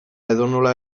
edonola